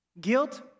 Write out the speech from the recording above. Guilt